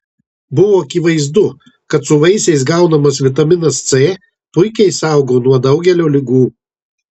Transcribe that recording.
buvo akivaizdu kad su vaisiais gaunamas vitaminas c puikiai saugo nuo daugelio ligų